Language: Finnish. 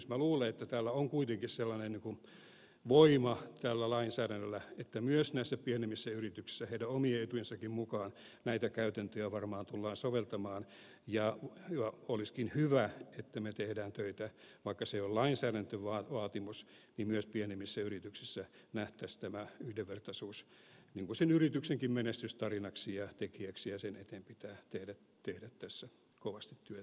minä luulen että tällä lainsäädännöllä on kuitenkin sellainen voima että myös näissä pienemmissä yrityksissä heidän omien etujensakin mukaan näitä käytäntöjä varmaan tullaan soveltamaan ja olisikin hyvä että me teemme töitä vaikka se ei ole lainsäädäntövaatimus jotta myös pienemmissä yrityksissä nähtäisiin tämä yhdenvertaisuus sen yrityksenkin menestystarinaksi ja tekijäksi ja sen eteen pitää tehdä tässä kovasti työtä